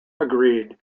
agreed